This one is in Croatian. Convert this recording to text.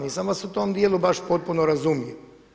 Nisam vas u tom dijelu baš potpuno razumio.